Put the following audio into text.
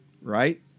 Right